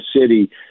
city